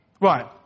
Right